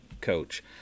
coach